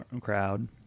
crowd